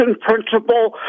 principle